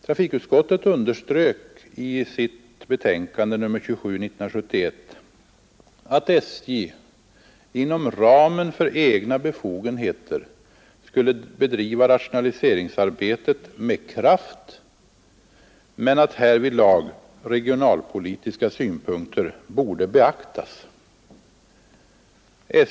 Trafikutskottet underströk i sitt betänkande nr 27 år 1971 att SJ inom ramen för egna befogenheter skulle bedriva rationaliseringsarbetet med kraft men att härvidlag regionalpolitiska synpunkter borde beaktas.